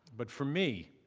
but for me,